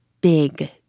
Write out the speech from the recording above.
big